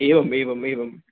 एवमेवमेवम्